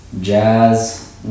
jazz